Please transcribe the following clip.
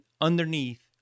underneath